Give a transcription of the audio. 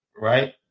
right